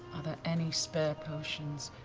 are there any spare potions,